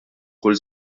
kull